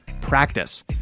Practice